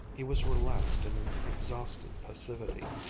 he was relaxed in an exhausted passivity,